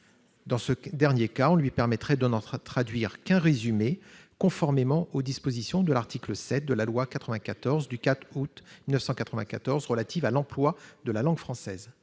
Dans ce dernier cas, on lui permettrait de n'en traduire qu'un résumé, conformément aux dispositions de l'article 7 de la loi n° 94-665 du 4 août 1994 relative à l'emploi de la langue française.